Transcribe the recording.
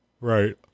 Right